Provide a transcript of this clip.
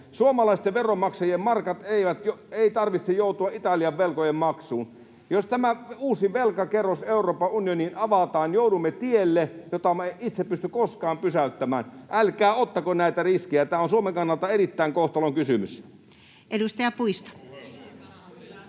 Suomalaisten veronmaksajien markkojen ei tarvitse joutua Italian velkojen maksuun. Jos tämä uusi velkakerros Euroopan unioniin avataan, joudumme tielle, jota me emme itse pysty koskaan pysäyttämään. Älkää ottako näitä riskejä. Tämä on Suomen kannalta erittäin suuri kohtalonkysymys. [Perussuomalaisten